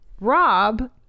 Rob